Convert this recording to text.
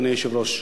אדוני היושב-ראש,